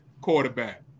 quarterback